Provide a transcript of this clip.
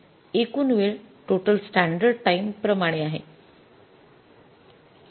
एकूण वेळ total standard time प्रमाणे आहे